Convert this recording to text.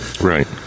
Right